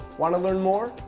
want to learn more?